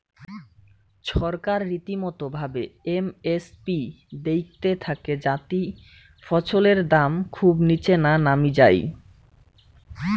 ছরকার রীতিমতো ভাবে এম এস পি দেইখতে থাকে যাতি ফছলের দাম খুব নিচে না নামি যাই